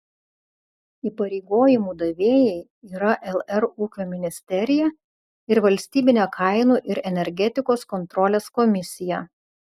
įpareigojimų davėjai yra lr ūkio ministerija ir valstybinė kainų ir energetikos kontrolės komisija